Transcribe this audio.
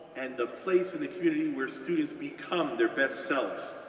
and a place in the community where students become their best selves.